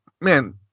man